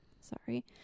sorry